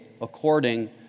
according